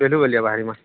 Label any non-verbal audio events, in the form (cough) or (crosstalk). (unintelligible) ବାହାରିବା